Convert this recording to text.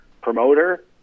promoter